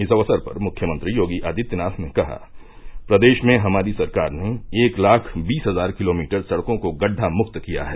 इस अक्सर पर मुख्यमंत्री योगी आदित्यनाथ ने कहा प्रदेश में हमारी सरकार ने एक लाख बीस हजार किलोमीटर सड़कों को गढ़ढा मुक्त किया है